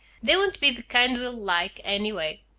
they won't be the kind we'll like, anyway.